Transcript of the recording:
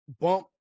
bump